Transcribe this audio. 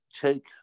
take